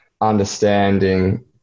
understanding